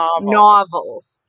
novels